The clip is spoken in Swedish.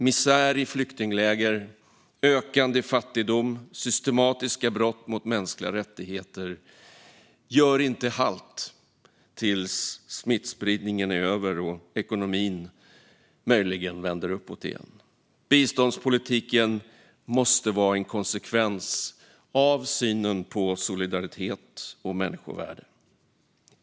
Misär i flyktingläger, ökande fattigdom och systematiska brott mot mänskliga rättigheter gör inte halt tills smittspridningen är över och ekonomin möjligen vänder uppåt igen. Biståndspolitiken måste vara en konsekvens av synen på solidaritet och människovärde.